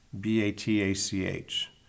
B-A-T-A-C-H